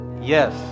Yes